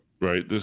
Right